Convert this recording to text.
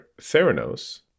Theranos